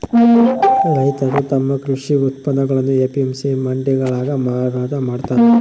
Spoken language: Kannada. ರೈತರು ತಮ್ಮ ಕೃಷಿ ಉತ್ಪನ್ನಗುಳ್ನ ಎ.ಪಿ.ಎಂ.ಸಿ ಮಂಡಿಗಳಾಗ ಮಾರಾಟ ಮಾಡ್ತಾರ